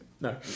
No